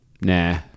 Nah